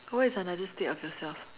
what is another state of yourself